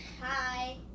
Hi